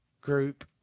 group